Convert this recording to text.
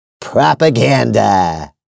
Propaganda